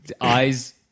eyes